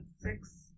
six